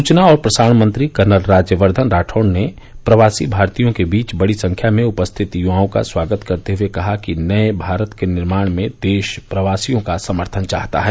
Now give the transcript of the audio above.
सूचना और प्रसारण मंत्री कर्नल राज्यवर्द्धन राठौड़ ने प्रवासी भारतीयों के बीच बड़ी संख्या में उपस्थित युवाओं का स्वागत करते हए कहा कि नए भारत के निर्माण में देश प्रवासियों का समर्थन चाहता है